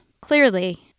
Clearly